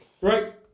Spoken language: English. right